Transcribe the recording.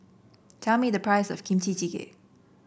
tell me the price of Kimchi Jjigae